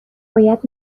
باید